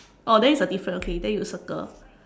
oh then it's a difference okay then you circle